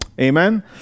Amen